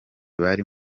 bari